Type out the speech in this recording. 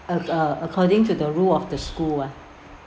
ac~ uh according to the rule of the school ah